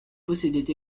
possédaient